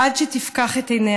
/ עד שתפקח את עיניה".